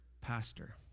pastor